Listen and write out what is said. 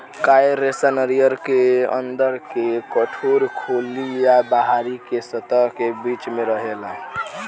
coir रेशा नारियर के अंदर के कठोर खोली आ बाहरी के सतह के बीच में रहेला